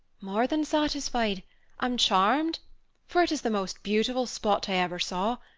more than satisfied i'm charmed for it is the most beautiful spot i ever saw,